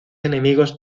enemigos